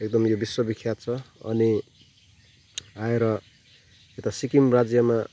एकदम यो विश्व विख्यात छ अनि आएर यता सिक्किम राज्यमा